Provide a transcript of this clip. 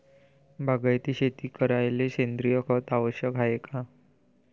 बागायती शेती करायले सेंद्रिय खत आवश्यक हाये का?